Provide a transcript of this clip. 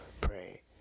pray